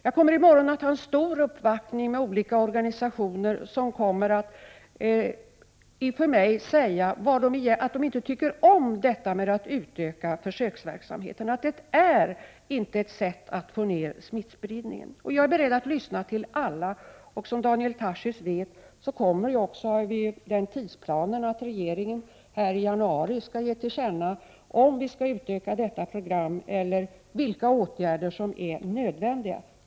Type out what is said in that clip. Jag kommer i morgon att ta emot en stor uppvaktning från olika organisationer som inför mig kommer att säga att de inte anser att försöksverksamheten skall utökas och att de inte anser att det är ett sätt att minska smittspridningen. Jag är beredd att lyssna till alla. Som Daniel Tarschys vet är tidsplanen sådan att regeringen i januari skall ge till känna om programmet skall utökas eller vilka åtgärder som är nödvändiga att vidta.